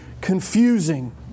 confusing